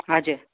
हजुर